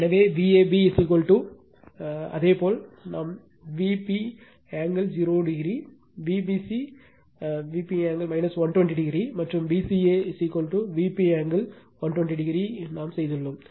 எனவே Vab அதே போல் நாம் Vp angle 0o Vbc Vp angle 120o மற்றும் Vca Vp angle 120o செய்துள்ளோம்